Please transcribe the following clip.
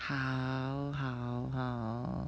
好好好